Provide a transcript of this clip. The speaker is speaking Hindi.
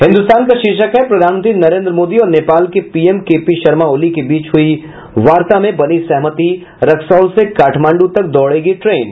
हिन्दुस्तान का शीर्षक है प्रधानमंत्री नरेंद्र मोदी और नेपाल के पीएम केपी शर्मा ओली के बीच हुयी वार्ता में बनी सहमति रक्सौल से काठमांडू तक दौड़ेगी ट्रेन